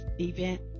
event